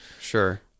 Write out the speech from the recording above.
sure